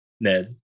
ned